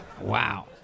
Wow